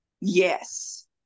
Yes